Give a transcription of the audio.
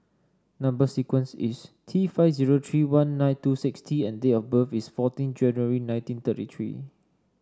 number sequence is T five zero three one nine two six T and date of birth is fourteen January nineteen thirty three